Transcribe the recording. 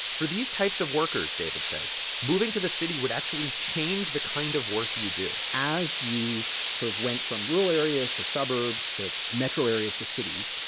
for these types of workers, david says moving to the city would actually change the kind of work you do as you sort of went from rural areas to suburbs to metro areas to cities,